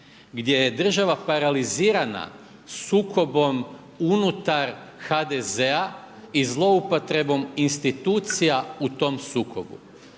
Gdje je država paralizirana sukobom unutar HDZ-a i zloupotrebom institucija u tom sukobu